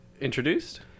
introduced